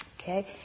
Okay